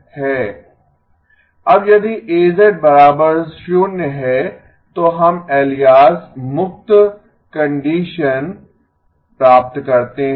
अब यदि A 0 है तो हम एलियास मुक्त कंडीशन प्राप्त करते हैं